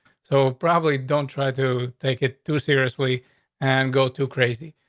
so probably don't try to take it too seriously and go too crazy.